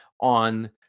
on